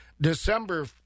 December